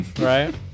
right